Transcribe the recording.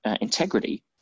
integrity